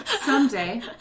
Someday